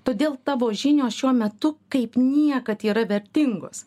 todėl tavo žinios šiuo metu kaip niekad yra vertingos